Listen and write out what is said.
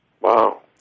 Wow